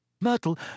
Myrtle